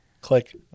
Click